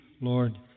Lord